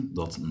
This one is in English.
dat